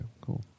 cool